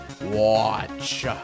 Watch